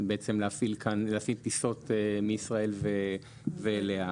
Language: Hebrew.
שבעצם יוכלו להפעיל טיסות מישראל ואליה.